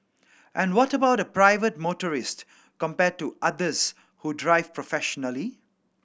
and what about a private motorist compared to others who drive professionally